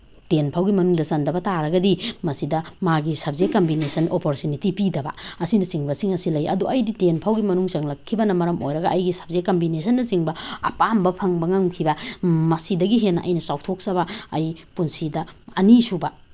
ten ꯐꯥꯎꯒꯤ ꯃꯅꯨꯡꯗ ꯆꯟꯗꯕ ꯇꯥꯔꯒꯗꯤ ꯃꯁꯤꯗ ꯃꯥꯒꯤ ꯁꯕꯖꯦꯛ ꯀꯝꯕꯤꯅꯦꯁꯟ ꯑꯣꯄꯣꯔꯆꯨꯅꯤꯇꯤ ꯄꯤꯗꯕ ꯑꯁꯤꯅꯆꯤꯡꯕꯁꯤꯡ ꯑꯁꯤ ꯂꯩ ꯑꯗꯣ ꯑꯩꯗꯤ ꯇꯦꯟ ꯐꯥꯎꯒꯤ ꯃꯅꯨꯡ ꯆꯜꯂꯛꯈꯤꯕꯅ ꯃꯔꯝ ꯑꯣꯏꯔꯒ ꯑꯩꯒꯤ ꯁꯕꯖꯦꯛ ꯀꯝꯕꯤꯅꯦꯁꯟꯅꯆꯤꯡꯕ ꯑꯄꯥꯝꯕ ꯐꯪꯕ ꯉꯝꯈꯤꯕ ꯃꯁꯤꯗꯒꯤ ꯍꯦꯟꯅ ꯑꯩꯅ ꯆꯥꯎꯊꯣꯛꯆꯕ ꯑꯩ ꯄꯨꯟꯁꯤꯗ ꯑꯅꯤꯁꯨꯕ